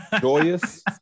joyous